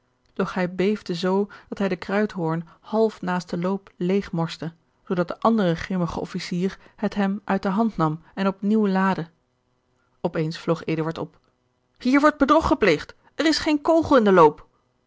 doch hij beefde zoo dat hij den kruidhoorn half naast den loop leêg morste zoodat de andere grimmige officier het hem uit de hand nam en op nieuw laadde op eens vloog eduard op hier wordt bedrog gepleegd er is geen kogel in den loop